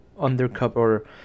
undercover